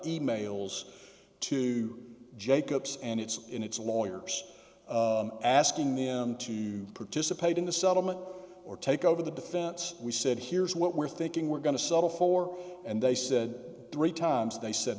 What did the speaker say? emails to jake ups and its in its lawyers asking them to participate in the settlement or take over the defense we said here's what we're thinking we're going to settle for and they said three times they said